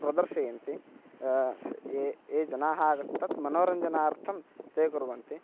प्रदर्शयन्ति स् ये ये जनाः आगताः तत् मनोरञ्जनार्थं ते कुर्वन्ति